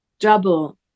double